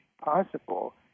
possible